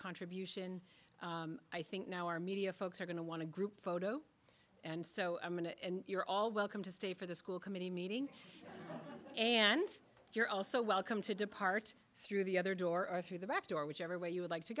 contribution i think now our media folks are going to want to group photo and so i'm in it and you're all welcome to stay for the school committee meeting and you're also welcome to depart through the other door or through the back door whichever way you would like to